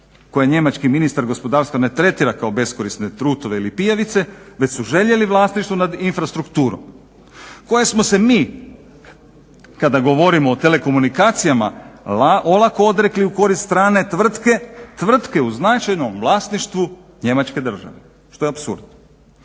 koje njemački ministar gospodarstva kao beskorisne trutove ili pijavice već su željeli vlasništvo nad infrastrukturom. Koje smo se mi kada govorimo o telekomunikacijama olako odrekli u korist strane tvrtke, tvrtke u značajnom vlasništvu Njemačke države što je apsurd.